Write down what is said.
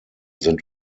sind